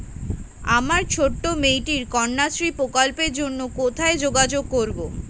আমার ছোট্ট মেয়েটির কন্যাশ্রী প্রকল্পের জন্য কোথায় যোগাযোগ করব?